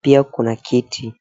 Pia kuna kiti.